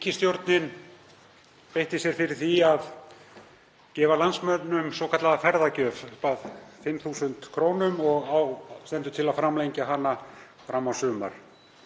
Ríkisstjórnin beitti sér fyrir því að gefa landsmönnum svokallaða ferðagjöf upp að 5.000 kr. og stendur til að framlengja hana fram á sumar.